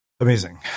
Amazing